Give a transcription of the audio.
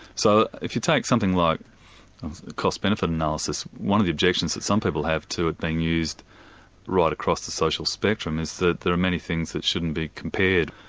so if you take something like a cost benefit analysis, one of the objections that some people have to it being used right across the social spectrum, is that there are many things that shouldn't be compared.